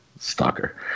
Stalker